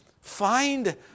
find